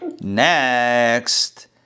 next